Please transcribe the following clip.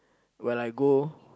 while I go